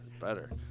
Better